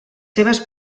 seves